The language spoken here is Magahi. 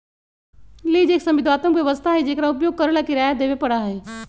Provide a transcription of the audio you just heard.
लीज एक संविदात्मक व्यवस्था हई जेकरा उपयोग करे ला किराया देवे पड़ा हई